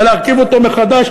ולהרכיב אותו מחדש,